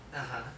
(uh huh)